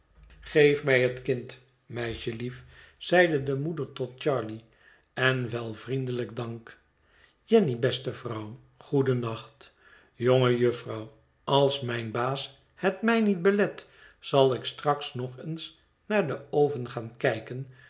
geef mij het kind meisjelief zeide de moeder tot charley en wel vriendelijk dank jenny beste vrouw goedennacht jonge jufvrouw als mijn baas het mij niet belet zal ik straks nog eens naar den oven gaan kijken